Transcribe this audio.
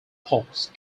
pulse